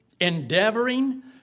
Endeavoring